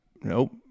nope